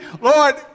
Lord